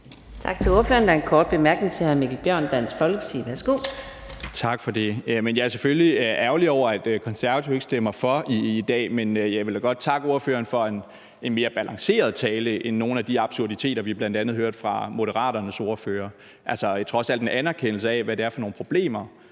Tak for det. Jeg er selvfølgelig ærgerlig over, at Konservative ikke stemmer for i dag, men jeg vil godt takke ordføreren for en mere balanceret tale end nogle af de absurditeter, vi bl.a. hørte fra Moderaternes ordfører. Altså, der var trods alt en anerkendelse af, hvad det er for nogle problemer,